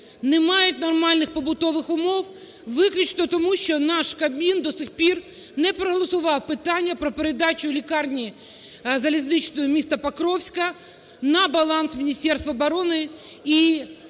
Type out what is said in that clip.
не мають нормальних побутових умов виключно тому, що наш Кабмін до сих пір не проголосував питання про передачу лікарні залізничної міста Покровська на баланс Міністерства оборони.